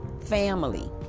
Family